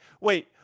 wait